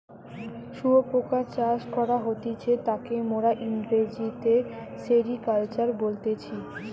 শুয়োপোকা চাষ করা হতিছে তাকে মোরা ইংরেজিতে সেরিকালচার বলতেছি